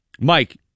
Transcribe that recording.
Mike